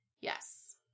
Yes